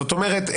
זאת אומרת,